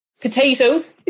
potatoes